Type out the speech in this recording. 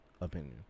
opinion